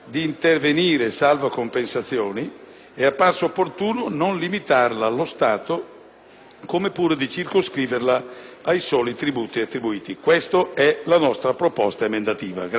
come pure di circoscriverla ai soli tributi attribuiti. Questa è la nostra proposta emendativa.